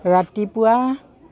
ৰাতিপুৱা